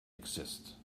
exist